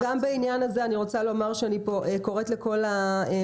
גם בעניין הזה אני רוצה לומר שאני פה קוראת לכל המשרדים